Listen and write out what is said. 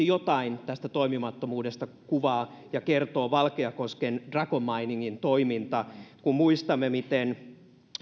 jotain tästä toimimattomuudesta kertoo valkeakosken dragon miningin toiminta muistamme kun